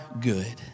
good